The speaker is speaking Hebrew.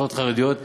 שכונות חרדיות.